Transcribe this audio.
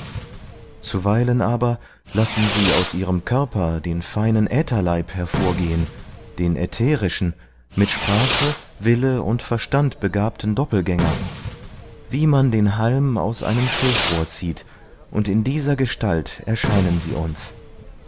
zuweilen aber lassen sie aus ihrem körper den feinen ätherleib hervorgehen den ätherischen mit sprache wille und verstand begabten doppelgänger wie man den halm aus einem schilfrohr zieht und in dieser gestalt erscheinen sie uns